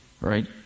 right